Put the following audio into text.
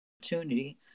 opportunity